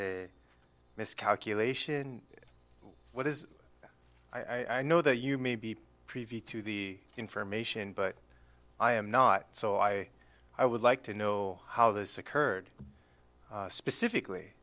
a miscalculation what is i know that you may be privy to the information but i am not so i i would like to know how this occurred specifically